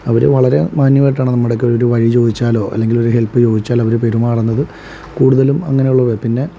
അവർ വളരെ മാന്യമായിട്ടാണ് നമ്മുടെ ഒക്കെ ഒരു വഴി ചോദിച്ചാലോ അല്ലെങ്കിൽ ഒരു ഹെൽപ് ചോദിച്ചാലോ അവർ പെരുമാറുന്നത് കൂടുതലും അങ്ങനെ ഉള്ളതാണ് പിന്നേ